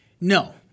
No